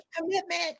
commitment